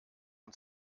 und